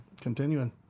Continuing